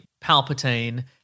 Palpatine